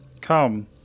Come